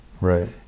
Right